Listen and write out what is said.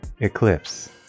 Eclipse